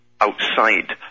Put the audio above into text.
outside